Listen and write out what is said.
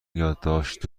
یادداشت